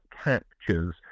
captures